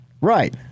Right